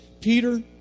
Peter